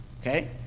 Okay